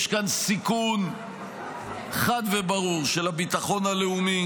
יש כאן סיכון חד וברור של הביטחון הלאומי,